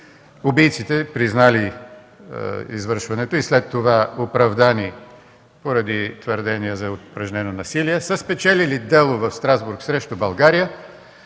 убийците признали извършването и след това оправдани поради твърдения за упражнено насилие, са спечелили дело в Страсбург срещу България